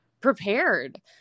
prepared